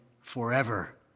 forever